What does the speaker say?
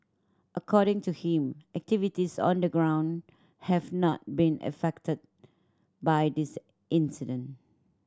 according to him activities on the ground have not been affected by this incident